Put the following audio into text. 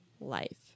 life